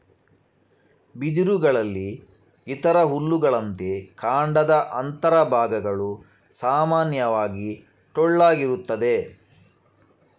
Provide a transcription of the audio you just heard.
ಬಿದಿರುಗಳಲ್ಲಿ ಇತರ ಹುಲ್ಲುಗಳಂತೆ ಕಾಂಡದ ಅಂತರ ಭಾಗಗಳು ಸಾಮಾನ್ಯವಾಗಿ ಟೊಳ್ಳಾಗಿರುತ್ತದೆ